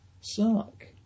suck